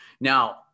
Now